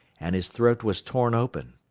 and his throat was torn open.